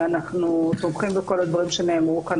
אנו תומכים בכל הדברים שנאמרו פה,